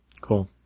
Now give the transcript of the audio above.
cool